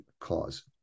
cause